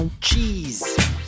Cheese